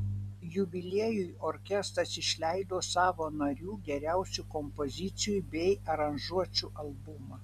jubiliejui orkestras išleido savo narių geriausių kompozicijų bei aranžuočių albumą